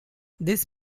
this